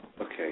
Okay